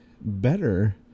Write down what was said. better